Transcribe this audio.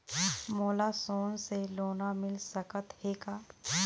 मोला सोना से लोन मिल सकत हे का?